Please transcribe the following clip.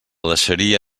deixaria